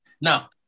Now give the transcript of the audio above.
Now